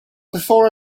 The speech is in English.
before